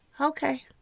Okay